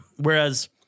Whereas